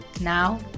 Now